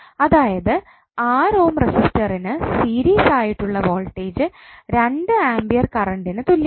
അതായത് 6 ഓം റെസിസ്റ്ററിനു സീരീസ് ആയിട്ടുള്ള വോൾടേജ് 2 ആംപിയർ കറണ്ടിനു തുല്യമാണ്